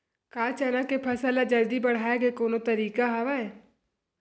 का चना के फसल ल जल्दी बढ़ाये के कोनो तरीका हवय?